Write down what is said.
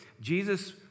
jesus